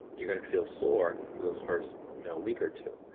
you're going to feel sore for those first you know week or two.